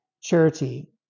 Charity